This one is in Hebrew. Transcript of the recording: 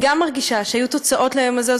גם אני מרגישה שהיו תוצאות ליום הזה.